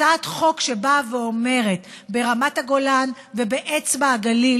היא הצעת חוק שבאה ואומרת: ברמת הגולן ובאצבע הגליל